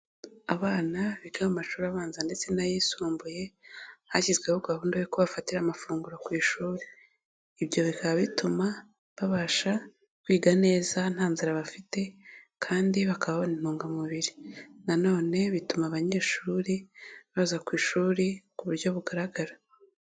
Abana biga mu mashuri abanza ndetse n'ayisumbuye, hashyizweho gahunda yuko kubafatira amafunguro ku ishuri, ibyo bikaba bituma babasha kwiga neza nta nzara bafite, kandi bakababona intungamubiri, na none bituma abanyeshuri baza ku ishuri ku buryo bugaragara.